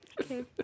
Okay